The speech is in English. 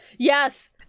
Yes